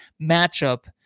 matchup